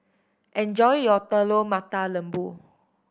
enjoy your Telur Mata Lembu